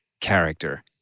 character